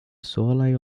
solaj